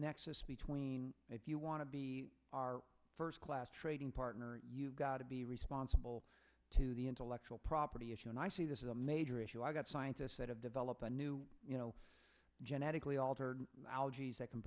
nexus between if you want to be our first class trading partner you've got to be responsible to the intellectual property issue and i see this is a major issue i've got scientists that have developed a new you know genetically altered algae is that can